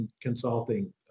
consulting